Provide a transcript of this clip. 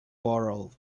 borough